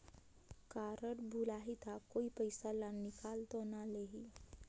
Card भुलाही ता कोई पईसा ला निकाल तो नि लेही?